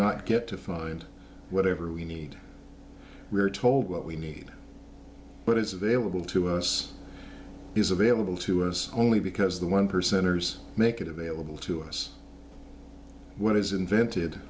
not get to find whatever we need we are told what we need but it's available to us is available to us only because the one percenters make it available to us what is invented